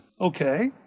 Okay